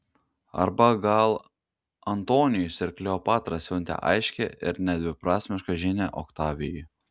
arba gal antonijus ir kleopatra siuntė aiškią ir nedviprasmišką žinią oktavijui